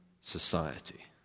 society